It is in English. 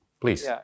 Please